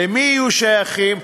למי יהיו שייכים?